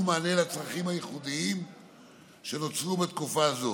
מענה לצרכים הייחודיים שנוצרו בתקופה זו.